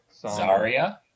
Zarya